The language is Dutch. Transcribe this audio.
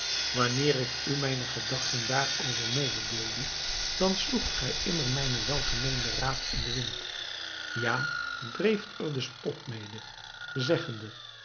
wanneer ik u mijne gedachten daarover mededeelde dan sloegt gij immer mijnen welmeenenden raad in den wind ja dreeft er den spot mede zeggende